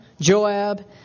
Joab